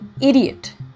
idiot